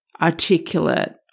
articulate